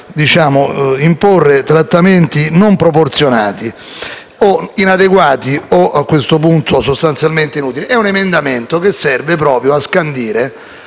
debba imporre trattamenti non proporzionati o inadeguati o, a quel punto, sostanzialmente inutili. L'emendamento serve a scandire